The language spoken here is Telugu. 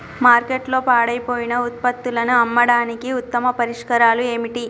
మార్కెట్లో పాడైపోయిన ఉత్పత్తులను అమ్మడానికి ఉత్తమ పరిష్కారాలు ఏమిటి?